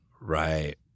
right